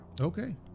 Okay